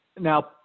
now –